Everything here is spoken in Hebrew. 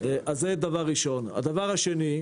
דבר שני,